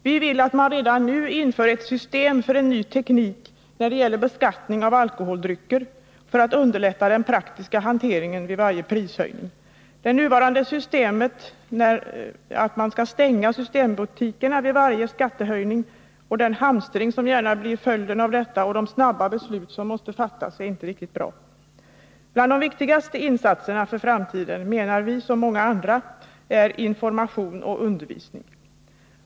Vi vill att man redan nu inför ett system, en ny teknik när det gäller beskattningen av alkoholdrycker för att underlätta den praktiska hanteringen vid varje prishöjning. Det nuvarande systemet — att man skall stänga systembutikerna vid varje skattehöjning och den hamstring som gärna blir följden av detta — och de snabba beslut som måste fattas är inte riktigt bra. Bland de viktigaste insatserna för framtiden är, menar vi liksom många andra, information och undervisning.